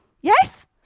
Yes